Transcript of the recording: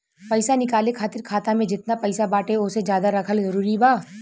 पईसा निकाले खातिर खाता मे जेतना पईसा बाटे ओसे ज्यादा रखल जरूरी बा?